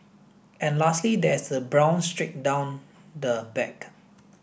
and lastly there is a brown streak down the back